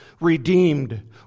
redeemed